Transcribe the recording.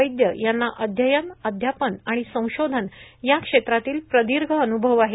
वैद्य यांना अध्ययन अध्यापन आणि संशोधन या क्षेत्रातील प्रदीर्घ अनुभव आहे